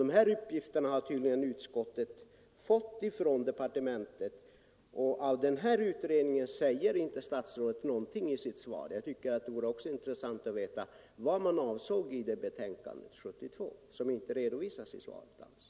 De uppgifterna hade utskottet tydligen fått från departementet. Om denna utredning säger statsrådet ingenting i sitt svar. Det vore intressant att veta vad man avsåg i betänkandet år 1972 som inte redovisas i svaret.